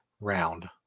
round